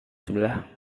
sebelah